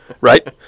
right